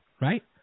right